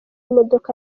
imodoka